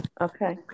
okay